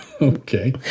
Okay